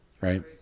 right